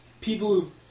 people